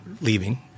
leaving